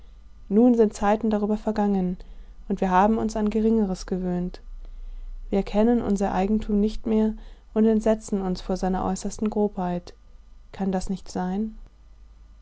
nun sind zeiten darüber vergangen und wir haben uns an geringeres gewöhnt wir erkennen unser eigentum nicht mehr und entsetzen uns vor seiner äußersten großheit kann das nicht sein